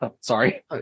Sorry